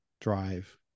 drive